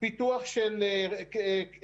פיתוח של כבישים,